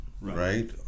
right